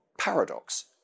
paradox